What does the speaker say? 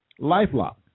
LifeLock